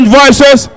voices